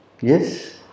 Yes